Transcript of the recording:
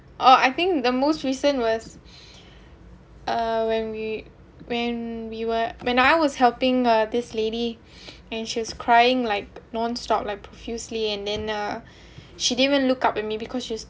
oh I think the most recent was uh when we when we were when I was helping uh this lady and she was crying like nonstop like profusely and then uh she didn't even look up at me because she's